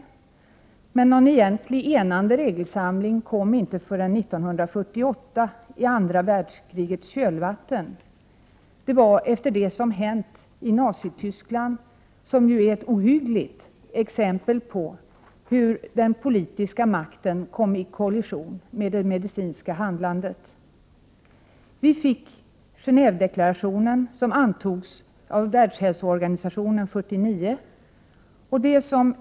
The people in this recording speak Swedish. Någon egentlig enande regelsamling kom dock inte förrän 1948 i andra världskrigets kölvatten. Det skedde efter händelserna i Nazityskland, som är ett ohyggligt exempel på hur den politiska makten kom i kollision med det medicinska handlandet. Genévedeklarationen antogs av Världshälsoorganisationen 1949.